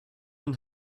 and